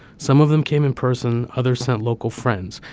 some of them came in person, others sent local friends.